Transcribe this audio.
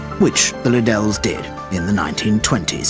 which the liddells did, in the nineteen twenty s.